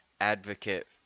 advocate